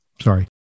Sorry